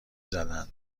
زدن